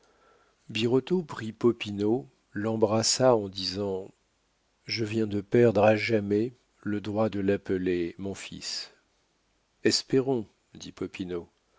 prit popinot l'embrassa en disant je viens de perdre à jamais le droit de l'appeler mon fils espérons dit